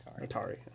Atari